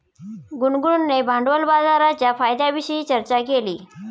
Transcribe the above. गुनगुनने भांडवल बाजाराच्या फायद्यांविषयी चर्चा केली